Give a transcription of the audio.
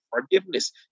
forgiveness